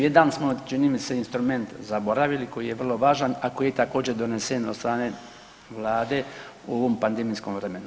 Jedan smo čini mi se instrument zaboravili koji je vrlo važan, a koji je također donesen od strane vlade u ovom pandemijskom vremenu.